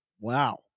Wow